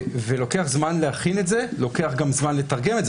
ולוקח זמן להכין את זה, לוקח גם זמן לתרגם את זה.